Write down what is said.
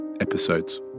episodes